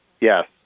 yes